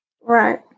right